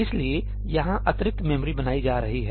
इसलिए यहां अतिरिक्त मेमोरी बनाई जा रही है